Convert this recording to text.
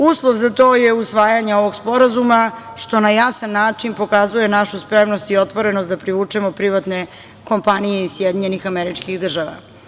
Uslov za to je usvajanje ovog sporazuma, što na jasan način pokazuje našu spremnost i otvorenost da privučemo privatne kompanije iz SAD.